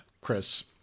Chris